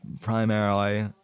primarily